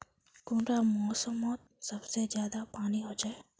कुंडा मोसमोत सबसे ज्यादा पानी होचे?